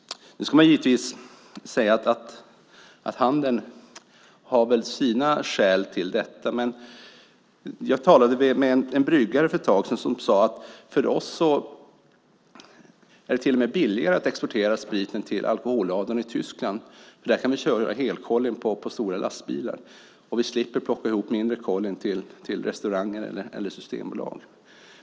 Det ska givetvis sägas att handeln har sina skäl till detta. Men jag talade med en bryggare för ett tag sedan, som sade: För oss är det till och med billigare att exportera spriten till alkoholladorna i Tyskland, för dit kan vi köra helkollin på stora lastbilar. Vi slipper plocka ihop mindre kollin till restauranger eller systembolag.